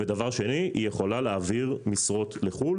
היא יכולה להעביר משרות לחוץ לארץ.